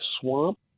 Swamp